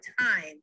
time